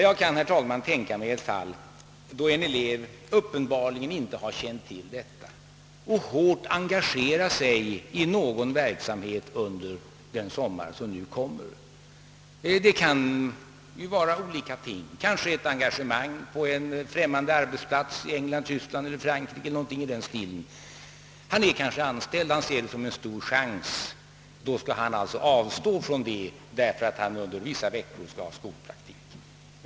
Jag kan, herr talman, tänka mig ett fall då en elev uppenbarligen inte känt till bestämmelserna och hårt engagerat sig i någon verksamhet under kommande sommar. Kanske gäller det ett engagemang på en arbetsplats i England, Tyskland eller Frankrike. Han är kanske anställd och han ser det hela som en stor chans — men ändå skulle han behöva avstå från anställningen därför att han under vissa veckor skall ha skolpraktik.